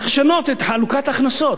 צריך לשנות את חלוקת ההכנסות.